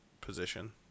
position